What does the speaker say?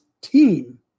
team